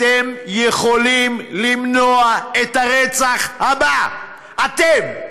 אתם יכולים למנוע את הרצח הבא, אתם,